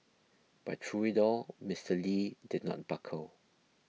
but through it all Mister Lee did not buckle